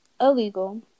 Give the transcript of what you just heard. illegal